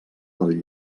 del